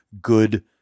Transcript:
good